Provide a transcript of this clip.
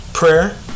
prayer